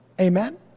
Amen